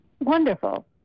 Wonderful